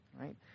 Right